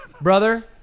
brother